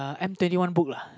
M twenty one book lah